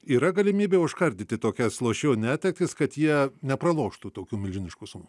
yra galimybė užkardyti tokias lošėjų netektis kad jie nepraloštų tokių milžiniškų sumų